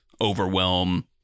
overwhelm